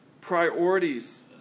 priorities